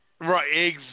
Right